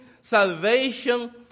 salvation